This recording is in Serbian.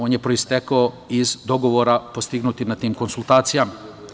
On je proistekao iz dogovora postignutih na tim konsultacijama.